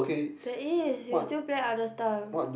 there is you still play other stuff